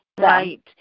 Right